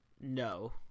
No